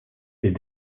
est